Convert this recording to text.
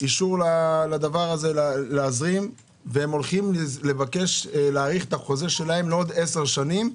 אישור להזרים והם הולכים לבקש להאריך את החוזה שלהם לעוד עשר שנים.